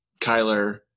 Kyler